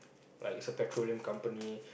like it's a petroleum company